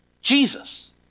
Jesus